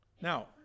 Now